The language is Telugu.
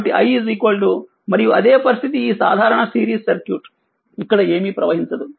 కాబట్టి iమరియు అదే పరిస్థితి ఇది సాధారణ సిరీస్ సర్క్యూట్ ఇక్కడ ఏమీ ప్రవహించదు